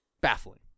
Baffling